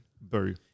Boo